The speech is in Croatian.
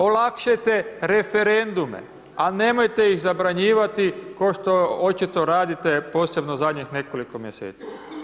Olakšajte referendume, a nemojte ih zabranjivati košto očito radite, posebno zadnjih nekoliko mjeseci.